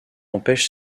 empêche